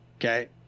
okay